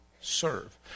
serve